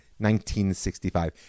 1965